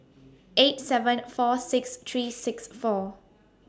eight seven four six three six four